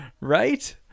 Right